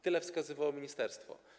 Tyle wskazywało ministerstwo.